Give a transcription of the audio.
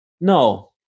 No